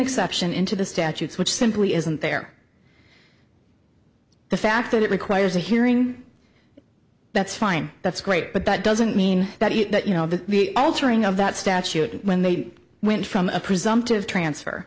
exception into the statutes which simply isn't there the fact that it requires a hearing that's fine that's great but that doesn't mean that you know the altering of that statute when they went from a presumptive transfer